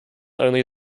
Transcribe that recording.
only